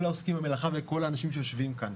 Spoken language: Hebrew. העוסקים במלאכה ולכל האנשים שיושבים כאן.